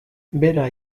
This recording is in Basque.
bera